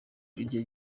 iryo